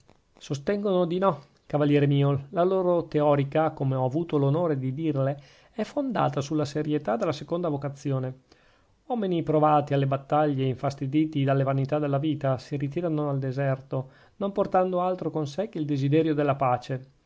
sostengono di no cavaliere mio la loro teorica come ho avuto l'onore di dirle è fondata sulla serietà della seconda vocazione uomini provati alle battaglie e infastiditi dalle vanità della vita si ritirano al deserto non portando altro con sè che il desiderio della pace